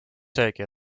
seegi